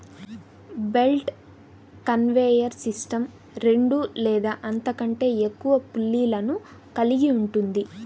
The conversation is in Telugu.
బెల్ట్ కన్వేయర్ సిస్టమ్ రెండు లేదా అంతకంటే ఎక్కువ పుల్లీలను కలిగి ఉంటుంది